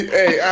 hey